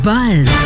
Buzz